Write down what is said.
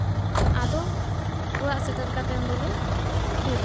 ᱟᱫᱚ ᱚᱲᱟᱜ ᱥᱮᱴᱮᱨ ᱠᱟᱛᱮᱫ ᱫᱚᱞᱮ ᱛᱷᱤᱨ